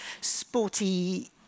sporty